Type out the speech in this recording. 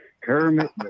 Kermit